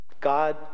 God